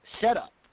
setup